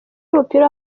w’umupira